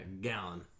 gallon